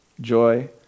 joy